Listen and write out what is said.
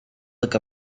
look